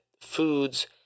foods